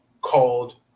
called